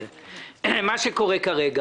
הרי קופת חולים כללית הם לא פראיירים.